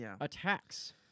attacks